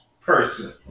person